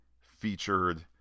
featured